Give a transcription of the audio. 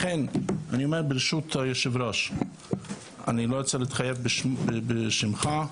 אני לא רוצה להתחייב בשמך,